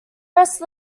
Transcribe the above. rest